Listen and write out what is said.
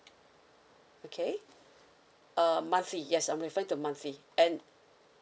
okay uh monthly yes I'm referring to monthly and